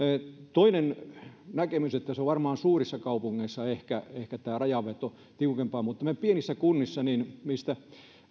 toinen näkemys on se että varmaan suurissa kaupungeissa on ehkä tämä rajanveto tiukempaa mutta pienissä kunnissa mistä